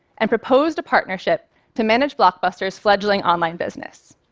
and proposed a partnership to manage blockbuster's fledgling online business.